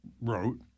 wrote